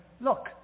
look